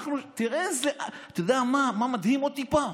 אתה יודע מה מדהים אותי פה?